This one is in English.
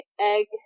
egg